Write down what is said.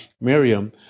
Miriam